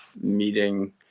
meeting